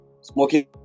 smoking